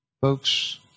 Folks